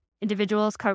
individuals